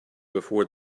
before